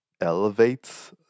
elevates